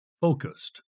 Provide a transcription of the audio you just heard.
focused